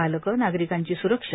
बालकं नागरिकांची स्रक्षा